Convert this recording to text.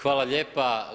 Hvala lijepa.